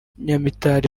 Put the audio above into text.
nyamitali